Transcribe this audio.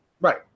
Right